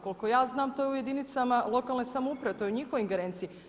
Koliko ja znam to je u jedinicama lokalne samouprave, to je u njihovoj ingerenciji.